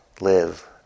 live